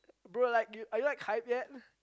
bro like you are you like hype yet